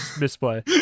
misplay